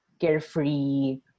carefree